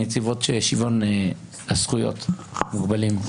נציבות שוויון הזכויות למוגבלים.